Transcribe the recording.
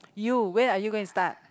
you when are you going to start